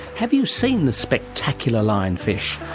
have you seen the spectacular lionfish?